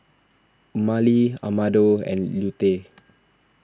Emmalee Amado and Lute